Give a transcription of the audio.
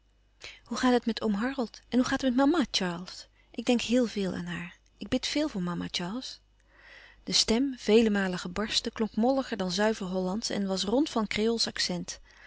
hoe gaat het met oom harold en hoe gaat het met mama charles ik denk heel veel aan haar ik bid veel voor mama charles de stem vele malen gebarsten klonk molliger dan zuiver hollandsch en was rond van kreoolsch accent